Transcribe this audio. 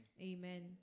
Amen